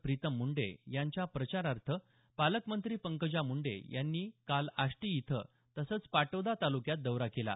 प्रितम मुंडे यांच्या प्रचारार्थ पालकमंत्री पंकजा मुंडे यांनी काल आष्टी तसंच पाटोदा ताल्क्यात दौरा केला